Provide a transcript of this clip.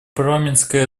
парламентской